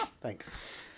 Thanks